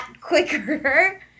quicker